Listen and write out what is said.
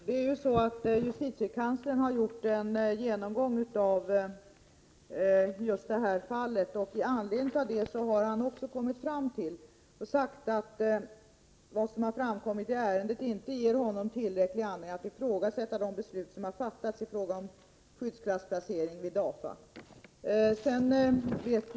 Fru talman! Justitiekanslern har gjort en genomgång av detta fall. Han har efter genomgången sagt att vad som framkommit i ärendet inte ger honom tillräcklig anledning att. ifrågasätta de beslut som fattats i fråga om skyddsklassplacering vid DAFA.